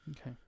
Okay